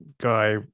guy